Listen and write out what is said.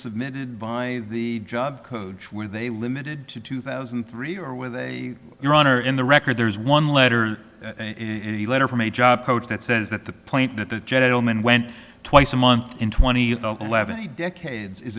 submitted by the job coach where they limited to two thousand and three or with your honor in the record there is one letter in the letter from a job coach that says that the point that the gentleman went twice a month in twenty eleven decades is